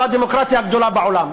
זו הדמוקרטיה הגדולה בעולם,